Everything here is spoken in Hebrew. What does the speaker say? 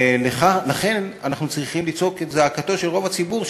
ולכן אנחנו צריכים לצעוק את זעקתו של רוב הציבור,